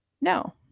No